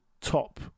top